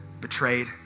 betrayed